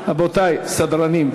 רבותי הסדרנים,